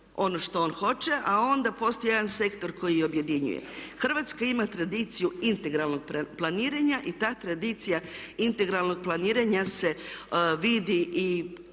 ono što on hoće a onda postoji jedan sektor koji objedinjuje. Hrvatska ima tradiciju integralnog planiranja i ta tradicija integralnog planira se vidi i